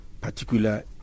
particular